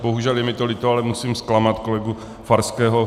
Bohužel, je mi to líto, ale musím zklamat kolegu Farského.